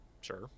sure